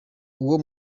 uwo